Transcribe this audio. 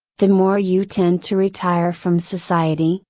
the more you tend to retire from society,